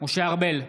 משה ארבל,